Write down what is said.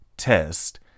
test